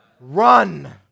run